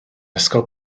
ysgol